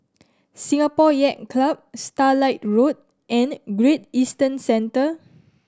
Singapore Yacht Club Starlight Road and Great Eastern Centre